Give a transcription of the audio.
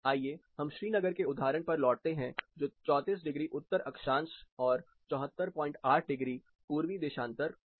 आइए हम श्रीनगर के उदाहरण पर लौटते हैं जो 34 डिग्री उत्तर अक्षांश और 748 डिग्री पूर्वी देशांतर है